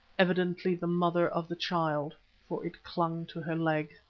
evidently the mother of the child, for it clung to her leg.